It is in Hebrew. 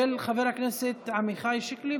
של חבר הכנסת עמיחי שיקלי.